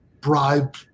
bribe